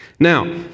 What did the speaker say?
Now